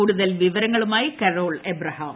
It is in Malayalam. കൂടുതൽ വിവരങ്ങളുമായി കരോൾ അബ്രഹാം